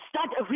start